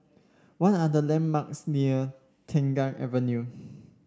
what are the landmarks near Tengah Avenue